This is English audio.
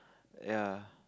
ya